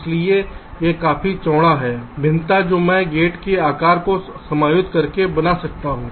इसलिए यह काफी चौड़ा है भिन्नता जो मैं गेट के आकार को समायोजित करके बना सकता हूं